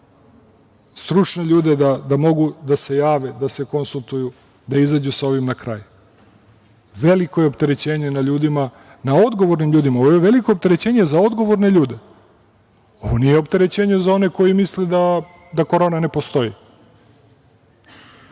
stručne ljude koji mogu da se jave, da se konsultuju, da izađu sa ovim na kraj. Veliko je opterećenje na ljudima, na odgovornim ljudima. Ovo je veliko opterećenje za odgovorne ljude. Ovo nije opterećenje za one koji misle da korona ne postoji.